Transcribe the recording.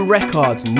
Records